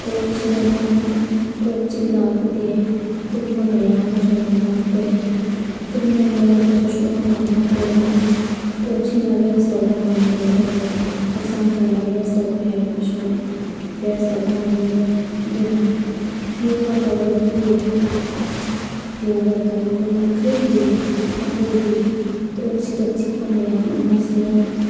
ꯀꯣꯛꯁꯤꯗ ꯊꯕꯛ ꯀꯣꯛ ꯆꯤꯛꯂꯛꯑꯕꯗꯤ ꯇꯨꯝꯕ ꯀꯌꯥ ꯑꯃꯁꯨ ꯉꯝꯂꯛꯇꯦ ꯇꯨꯝꯒꯦ ꯍꯥꯏꯔꯕꯁꯨ ꯁꯨꯛꯉꯝ ꯉꯝꯂꯛꯇꯦ ꯑꯗꯨꯅ ꯀꯣꯛꯁꯤꯅ ꯔꯦꯁ ꯇꯧꯕ ꯉꯝꯗ꯭ꯔꯕꯗꯤ ꯍꯛꯆꯥꯡ ꯀꯌꯥ ꯔꯦꯁ ꯇꯧꯒꯦ ꯍꯥꯏꯔꯕꯁꯨ ꯔꯦꯁ ꯇꯧꯕ ꯉꯝꯗꯦ ꯑꯗꯨꯅ ꯌꯣꯒꯥ ꯇꯧꯔꯕꯗꯤ ꯌꯣꯒꯥ ꯇꯧꯔꯤꯕ ꯃꯈꯩꯗꯤ ꯑꯩꯈꯣꯏꯒꯤ ꯀꯣꯛꯁꯤꯗ ꯆꯤꯛꯄ ꯃꯌꯥꯝ ꯑꯃꯁꯨ